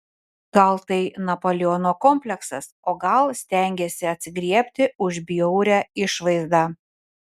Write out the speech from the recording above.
gal tai napoleono kompleksas o gal stengiasi atsigriebti už bjaurią išvaizdą